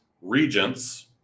Regents